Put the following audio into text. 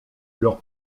leurs